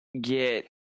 get